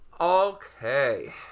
Okay